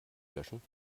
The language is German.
löschen